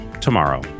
tomorrow